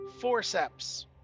forceps